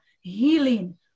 healing